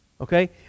Okay